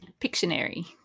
Pictionary